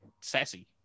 sassy